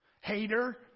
Hater